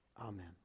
Amen